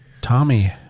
Tommy